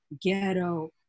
ghetto